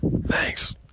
Thanks